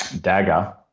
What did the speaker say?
dagger